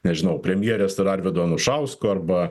nežinau premjerės ir arvydo anušausko arba